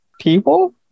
people